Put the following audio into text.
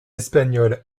espagnols